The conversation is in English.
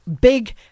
big